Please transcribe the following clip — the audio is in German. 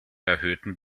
erhöhten